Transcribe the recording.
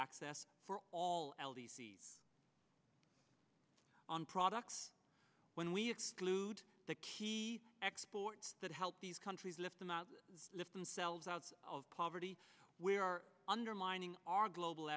access for all l t c on products when we exclude the key exports that help these countries lift them out lift themselves out of poverty we are undermining our global